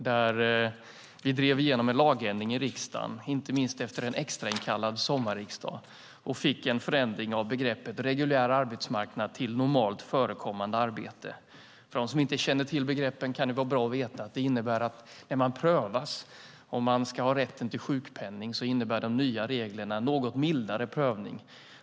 Där drev vi igenom en lagändring i riksdagen, inte minst efter en extrainkallad sommarriksdag, och fick en förändring av begreppet "reguljär arbetsmarknad" till "normalt förekommande arbete". För dem som inte känner till begreppen kan det vara bra att veta att de nya reglerna innebär en något mildare prövning när det prövas om man ska ha rätt till sjukpenning.